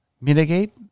mitigate